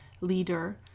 leader